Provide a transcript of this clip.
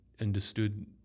understood